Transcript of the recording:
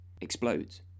explodes